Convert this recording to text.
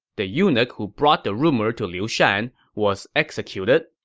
the eunuch who brought the rumor to liu shan was executed,